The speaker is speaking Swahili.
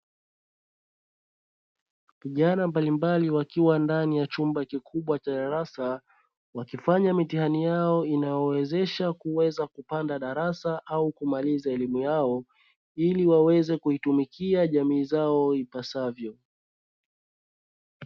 Vijana mbalimbali wakiwa ndani ya chumba kikubwa cha darasa wakifanya mitihani inayowawezesha kupanda darasa au kumaliza elimu yao, ili waweze kuitumikia jamii zao ipasavyo.